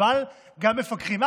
אבל גם מפקחים.